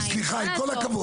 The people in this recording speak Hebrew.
לא, לא, סליחה, עם כל הכבוד.